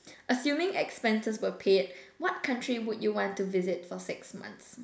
assuming expenses were paid what country would you want to visit for six months